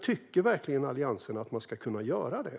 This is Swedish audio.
Tycker verkligen Alliansen att man ska kunna göra det?